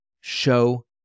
show